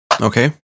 Okay